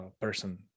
person